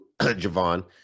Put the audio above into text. Javon